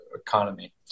economy